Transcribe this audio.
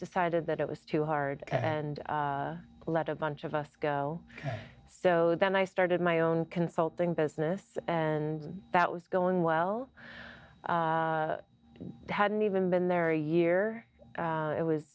decided that it was too hard and let a bunch of us go so then i started my own consulting business and that was going well hadn't even been there a year it was